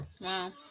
wow